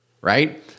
right